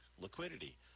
liquidity